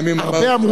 הרבה אמרו את זה,